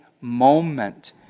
moment